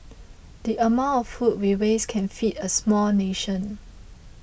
the amount of food we waste can feed a small nation